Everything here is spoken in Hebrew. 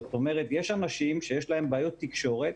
זאת אומרת, יש אנשים שיש להם בעיות תקשורת.